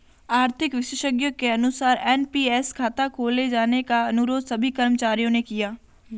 आर्थिक विशेषज्ञ के अनुसार एन.पी.एस खाता खोले जाने का अनुरोध सभी कर्मचारियों ने किया